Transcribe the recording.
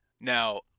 Now